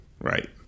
Right